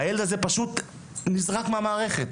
הילד הזה פשוט נזרק מהמערכת,